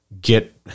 get